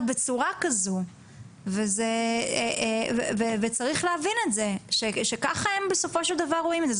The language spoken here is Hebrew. בצורה כזו וצריך להבין את זה שככה הם בסופו של דבר רואים את זה.